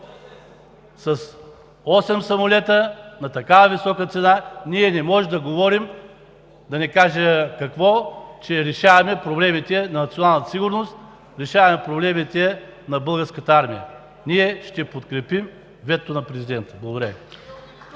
осем самолета на такава висока цена ние не може да говорим, да не кажа какво, че решаваме проблемите на националната сигурност, решаваме проблемите на Българската армия. Ние ще подкрепим ветото на президента. Благодаря.